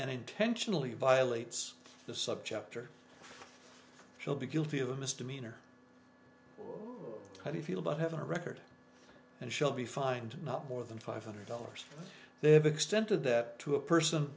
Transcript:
and intentionally violates the subchapter shall be guilty of a misdemeanor how do you feel about having a record and shall be fined not more than five hundred dollars they have extended that to a person